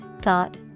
thought